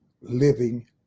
living